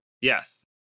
Yes